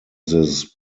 this